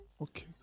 okay